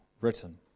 written